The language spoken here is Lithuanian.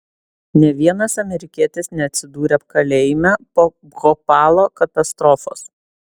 nė vienas amerikietis neatsidūrė kalėjime po bhopalo katastrofos